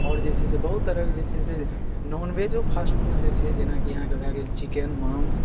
आओर जे छै से बहुत तरहके जे छै से नॉनवेजो फास्ट फूड जे छै जेनाकि अहाँके भऽ गेल चिकेन माँस